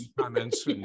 comments